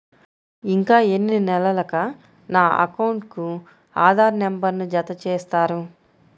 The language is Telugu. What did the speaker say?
ఇంకా ఎన్ని నెలలక నా అకౌంట్కు ఆధార్ నంబర్ను జత చేస్తారు?